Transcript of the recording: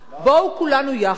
אתם עושים את זה, בוא כולנו יחד